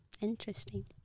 Interesting